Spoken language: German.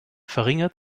verringert